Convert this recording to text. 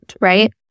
right